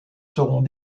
seront